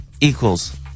Equals